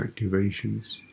activations